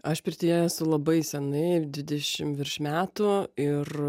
aš pirtyje esu labai senai dvidešimt virš metų ir